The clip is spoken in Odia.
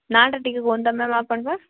ନାଁଟା ଟିକେ କୁହନ୍ତୁ ମ୍ୟାମ୍ ଆପଣ୍ଙ୍କର୍